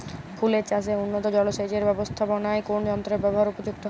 ফুলের চাষে উন্নত জলসেচ এর ব্যাবস্থাপনায় কোন যন্ত্রের ব্যবহার উপযুক্ত?